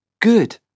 Good